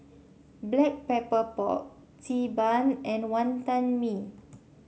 Black Pepper Pork Xi Ban and Wonton Mee